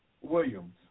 Williams